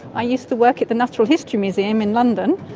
i used to work at the natural history museum in london,